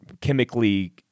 chemically